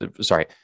sorry